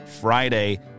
Friday